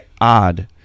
odd